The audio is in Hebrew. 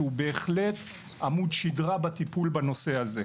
הוא בהחלט עמוד שדרה בטיפול בנושא הזה.